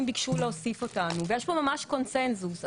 ביקשו להוסיף אותנו ויש פה ממש קונצנזוס.